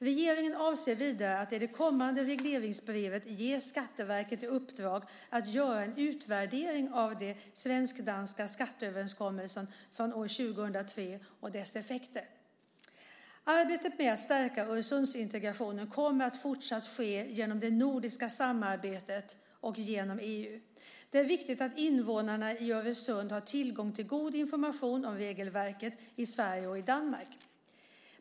Regeringen avser vidare att i det kommande regleringsbrevet ge Skatteverket i uppdrag att göra en utvärdering av den svensk-danska skatteöverenskommelsen från år 2003 och dess effekter. Arbetet med att stärka Öresundsintegrationen kommer fortsatt att ske genom det nordiska samarbetet och genom EU. Det är viktigt att invånarna i Öresund har tillgång till god information om regelverken i Sverige och Danmark.